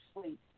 Sleep